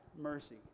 mercy